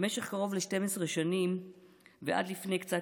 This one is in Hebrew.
במשך קרוב ל-12 שנים ועד לפני קצת